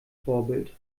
vorbild